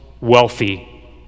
wealthy